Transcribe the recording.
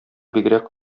бигрәк